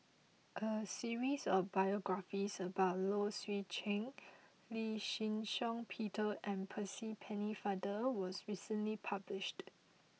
a series of biographies about Low Swee Chen Lee Shih Shiong Peter and Percy Pennefather was recently published